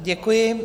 Děkuji.